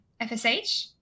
FSH